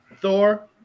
Thor